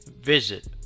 visit